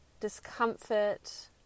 discomfort